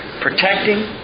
protecting